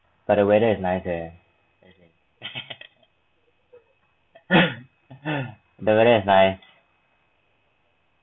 but the weather is nice eh the weather is nice